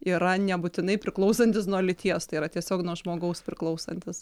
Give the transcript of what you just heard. yra nebūtinai priklausantis nuo lyties tai yra tiesiog nuo žmogaus priklausantis